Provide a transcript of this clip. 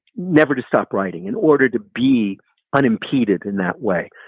never to stop writing, in order to be unimpeded in that way.